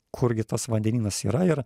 kurgi tas vandenynas yra ir